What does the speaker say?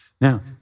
Now